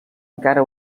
encara